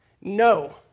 No